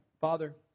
Father